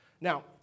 Now